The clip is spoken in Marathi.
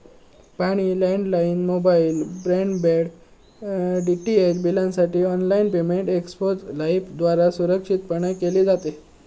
पाणी, लँडलाइन, मोबाईल, ब्रॉडबँड, डीटीएच बिलांसाठी ऑनलाइन पेमेंट एक्स्पे लाइफद्वारा सुरक्षितपणान केले जाते